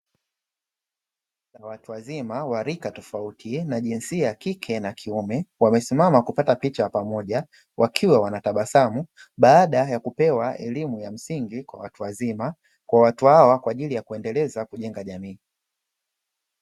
Watu wazima wa rika tofauti na jinsi ya kike na kiume wamesimama kupata picha pamoja wakiwa wanatabasamu, baada ya kupewa elimu ya msingi kwa watu wazima kwa watu hawa kwa ajili ya kuendeleza kujenga jamii.